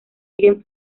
siguen